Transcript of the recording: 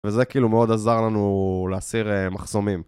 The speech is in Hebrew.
וזה כאילו מאוד עזר לנו להסיר מחסומים.